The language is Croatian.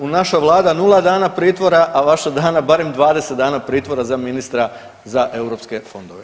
U naša vlada 0 dana pritvora, a vaša dana barem 20 dana pritvora za ministra za EU fondove.